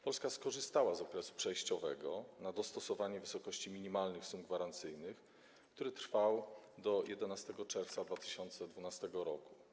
Polska skorzystała z okresu przejściowego na dostosowanie wysokości minimalnych sum gwarancyjnych, który trwał do 11 czerwca 2012 r.